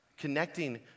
connecting